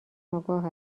آگاه